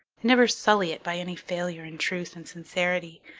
never sully it by any failure in truth and sincerity.